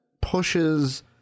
pushes